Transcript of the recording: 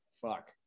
Fuck